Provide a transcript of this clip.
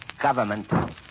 Government